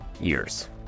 years